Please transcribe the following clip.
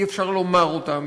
שאי-אפשר לומר אותם,